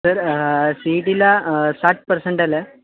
sir C E टीला साठ percent आले